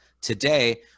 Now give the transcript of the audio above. today